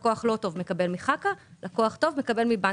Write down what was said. לקוח לא טוב מקבל מחברת כרטיסי אשראי ולקוח טוב מקבל מבנק.